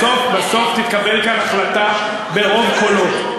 בסוף תתקבל כאן החלטה ברוב קולות.